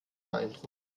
eindruck